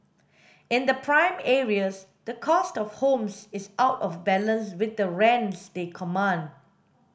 in the prime areas the cost of homes is out of balance with the rents they command